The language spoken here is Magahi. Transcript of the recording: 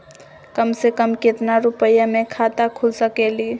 कम से कम केतना रुपया में खाता खुल सकेली?